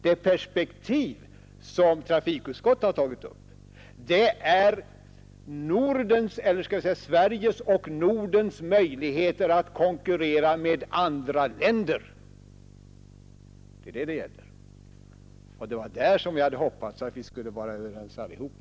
Det perspektiv som trafikutskottet har tagit upp är Sveriges och Nordens möjligheter att konkurrera med andra länder. Det är det det gäller. Det var på den punkten jag hade hoppats att vi skulle vara överens allihopa.